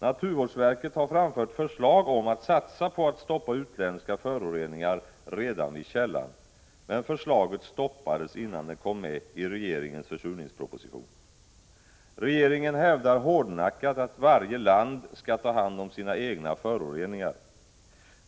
Naturvårdsverket har framfört förslag om att satsa på att stoppa utländska föroreningar redan vid källan, men förslaget stoppades innan det kom med i regeringens försurningsproposition. Regeringen hävdar hårdnackat att varje land skall ta hand om sina egna föroreningar.